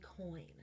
coin